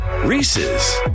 Reese's